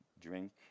drink